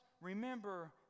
remember